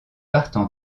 partent